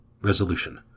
Resolution